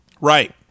Right